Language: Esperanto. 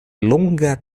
longa